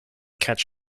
catch